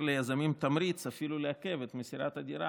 ליזמים תמריץ אפילו לעכב את מסירת הדירה,